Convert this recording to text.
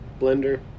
blender